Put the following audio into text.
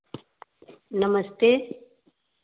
नमस्ते